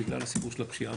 בגלל הסיפור של הפשיעה.